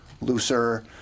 looser